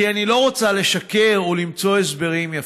כי אני לא רוצה לשקר ולמצוא הסברים יפים.